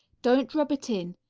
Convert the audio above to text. don't rub it in.